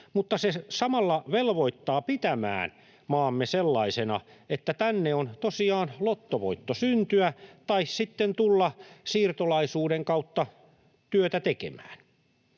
mutta se samalla velvoittaa pitämään maamme sellaisena, että tänne on tosiaan lottovoitto syntyä tai sitten tulla siirtolaisuuden kautta työtä tekemään.